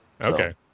Okay